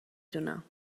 دونم